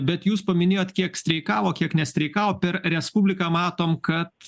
bet jūs paminėjot kiek streikavo kiek nestreikavo per respubliką matom kad